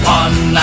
one